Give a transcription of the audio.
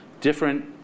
different